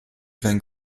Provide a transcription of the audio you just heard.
even